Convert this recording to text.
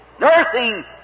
Nursing